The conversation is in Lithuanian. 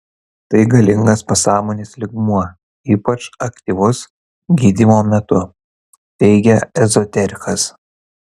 tai galingas pasąmonės lygmuo ypač aktyvus gydymo metu teigia ezoterikas